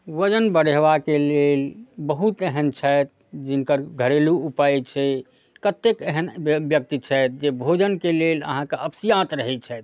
वजन बढ़ेबाके लेल बहुत एहन छथि जिनकर घरेलू उपाय छै कतेक एहन व्यक्ति छथि जे भोजनके लेल अहाँके अपसिआँत रहै छथि